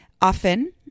often